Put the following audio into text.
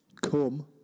Come